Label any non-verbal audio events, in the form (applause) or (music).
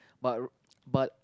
but (noise) but